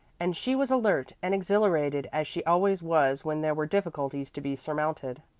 and she was alert and exhilarated as she always was when there were difficulties to be surmounted.